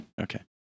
Okay